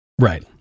Right